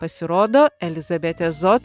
pasirodo elizabetė zot